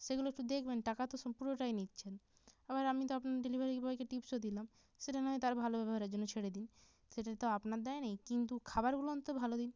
সেগুলো একটু দেকবেন টাকা তো সম্পূর্ণটাই নিচ্ছেন আবার আমি তো আপনার ডেলিভারি বয়কে টিপসও দিলাম সেটা নয় তার ভালো ব্যবহারের জন্য ছেড়ে দিন সেটাতে তো আপনার দায় নেই কিন্তু খাবারগুলো অন্তত ভালো দিন